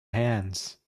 hands